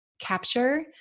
capture